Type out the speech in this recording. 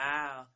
Wow